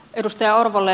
edustaja orvolle